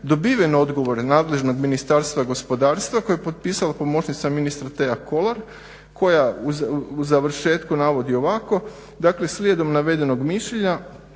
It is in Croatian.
dobiven odgovor nadležnog Ministarstva gospodarstva koje je potpisala pomoćnica ministra Tea Kolar koja u završetku navodi ovako: "Dakle slijedom navedenog, mišljenja